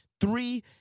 Three